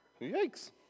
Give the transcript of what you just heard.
Yikes